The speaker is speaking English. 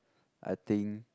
I think